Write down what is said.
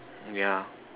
yeah